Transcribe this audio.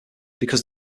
because